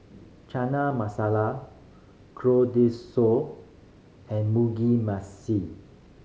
Chana Masala and Mugi Mashi